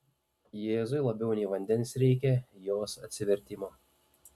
jėzui labiau nei vandens reikia jos atsivertimo